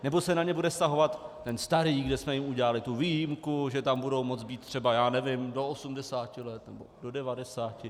Nebo se na ně bude vztahovat ten starý, kde jsme jim udělali tu výjimku, že tam budou moct být třeba, já nevím, do osmdesát let nebo do devadesáti?